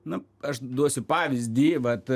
nu aš duosiu pavyzdį vat